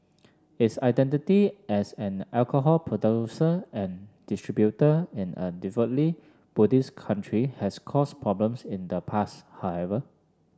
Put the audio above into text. its identity as an alcohol producer and distributor in a devoutly Buddhist country has caused problems in the past however